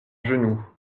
genou